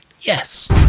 yes